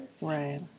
Right